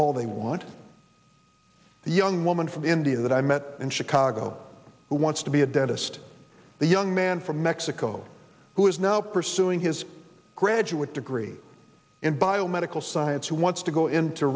all they want the young woman from india that i met in chicago who wants to be a dentist the young man from mexico who is now pursuing his graduate degree in biomedical science who wants to go into